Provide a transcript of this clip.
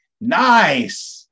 Nice